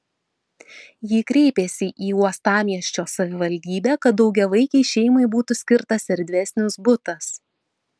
ji kreipėsi į uostamiesčio savivaldybę kad daugiavaikei šeimai būtų skirtas erdvesnis butas